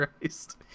Christ